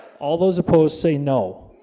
all those opposed say no